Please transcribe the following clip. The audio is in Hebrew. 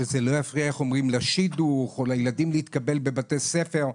שזה לא יפריע לשידוך או לילדים להתקבל בבתי ספר,